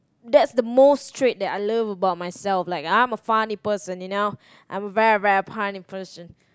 that's the most trait that I love about myself like I'm a funny person you know I'm a very very funny person